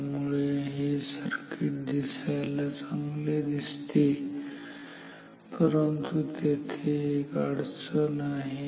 त्यामुळे हे सर्किट दिसायला चांगले दिसते परंतु तेथे एक अडचण आहे